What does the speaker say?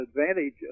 advantage